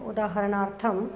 उदाहरणार्थं